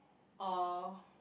or